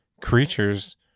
creatures